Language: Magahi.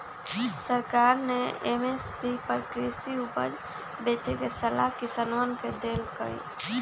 सरकार ने एम.एस.पी पर कृषि उपज बेचे के सलाह किसनवन के देल कई